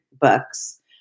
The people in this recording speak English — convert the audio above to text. books